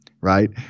right